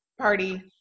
Party